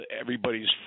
Everybody's